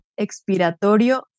expiratorio